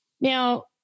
Now